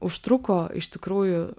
užtruko iš tikrųjų